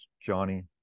Johnny